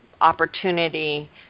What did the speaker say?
opportunity